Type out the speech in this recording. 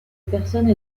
personne